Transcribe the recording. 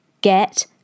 get